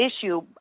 issue